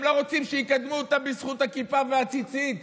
הם לא רוצים שיקדמו אותם בזכות הכיפה והציצית.